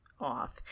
off